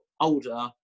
older